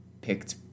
picked